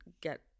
get